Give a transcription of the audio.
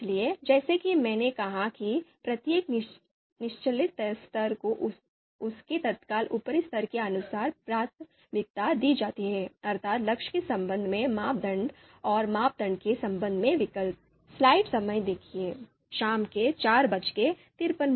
इसलिए जैसा कि मैंने कहा कि प्रत्येक निचले स्तर को उसके तत्काल ऊपरी स्तर के अनुसार प्राथमिकता दी जाती है अर्थात् लक्ष्य के संबंध में मानदंड और मापदंड के संबंध में विकल्प